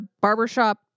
barbershop